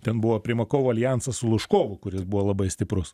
ten buvo primakovo aljansas su lužkovu kuris buvo labai stiprus